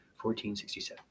1467